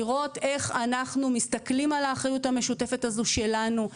לראות איך אנחנו מסתכלים על האחריות המשותפת הזו שלנו.